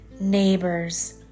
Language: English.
neighbors